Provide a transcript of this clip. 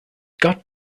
got